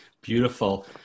Beautiful